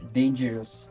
dangerous